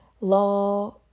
law